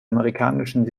amerikanischen